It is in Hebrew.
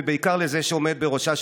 ובעיקר לזה שעומד בראשה,